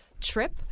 trip